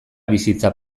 bizitza